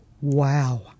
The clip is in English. Wow